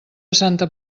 santa